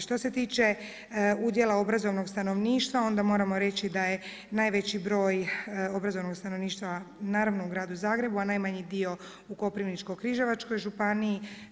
Što se tiče udjela obrazovnog stanovništva, onda moramo reći da je najveći broj obrazovnog stanovništva u Gradu Zagrebu, a najmanji dio u Koprivničkoj-križevačkoj županiji.